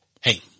Hey